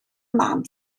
mam